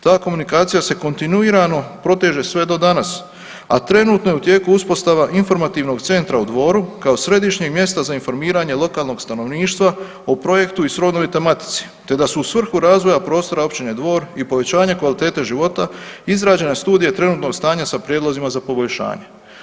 Ta komunikacija se kontinuirano proteže sve do danas, a trenutno je u tijeku uspostava informativnog centra u Dvoru kao središnjeg mjesta za informiranje lokalnog stanovništva o projektu i srodnoj tematici, te da su u svrhu razvoja prostora općine Dvor i povećanje kvalitete života izrađene studije trenutnog stanja sa prijedlozima za poboljšanje.